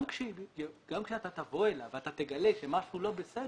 גם כשאתה תבוא אליו ואתה תגלה שמשהו לא בסדר,